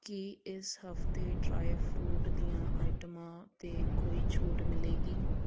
ਕੀ ਇਸ ਹਫ਼ਤੇ dry fruit ਦੀਆਂ ਆਈਟਮਾਂ 'ਤੇ ਕੋਈ ਛੋਟ ਮਿਲੇਗੀ